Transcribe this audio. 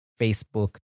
Facebook